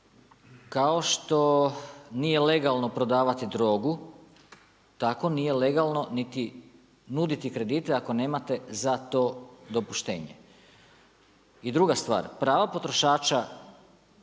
kao što nije legalno prodavati drogu, tako nije legalno niti nuditi kredite ako nemate za to dopuštenje. I druga stvar, prava potrošača